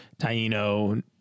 taino